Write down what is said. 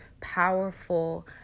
powerful